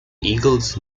eagles